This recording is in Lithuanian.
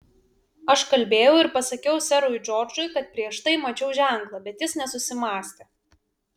aš kalbėjau ir pasakiau serui džordžui kad prieš tai mačiau ženklą bet jis nesusimąstė